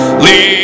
Leave